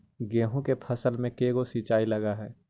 गेहूं के फसल मे के गो सिंचाई लग हय?